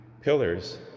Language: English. pillars